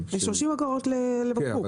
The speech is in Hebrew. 30 אגורות לבקבוק.